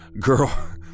Girl